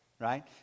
right